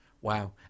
Wow